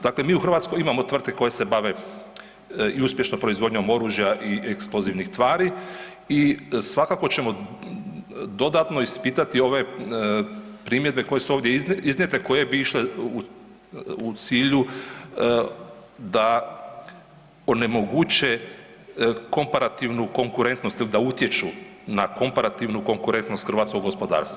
Dakle, mi u Hrvatskoj imamo tvrtke koje se bave i uspješno proizvodnjom oružja i eksplozivnih tvari i svakako ćemo dodatno ispitati ove primjedbe koje su ovdje iznijete, koje bi išle u cilju da onemoguće komparativnu konkurentnost ili da utječu na komparativnu konkurentnost hrvatskog gospodarstva.